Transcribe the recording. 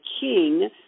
king